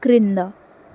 క్రింద